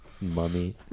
Mummy